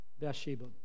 Bathsheba